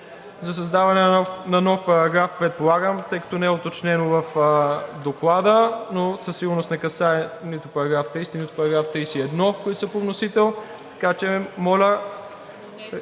за създаване на нов параграф, предполагам, тъй като не е уточнено в Доклада, но със сигурност не касае нито § 30, нито § 31, които са по вносител, което не е